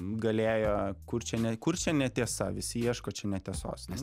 galėjo kur čia ne kur čia netiesa visi ieško čia netiesos nes